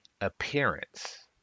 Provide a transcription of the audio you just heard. appearance